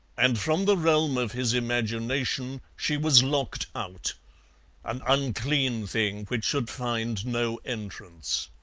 and from the realm of his imagination she was locked out an unclean thing, which should find no entrance.